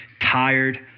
tired